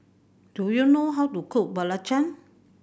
do you know how to cook belacan